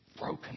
Broken